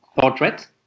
portrait